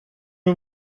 wir